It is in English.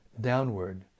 downward